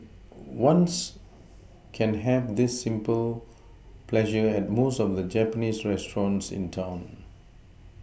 ones can have this simple pleasure at most of the Japanese restaurants in town